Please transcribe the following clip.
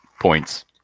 points